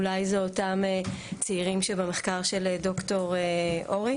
אולי זה אותם צעירים שבמחקר של ד"ר אורי